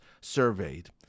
surveyed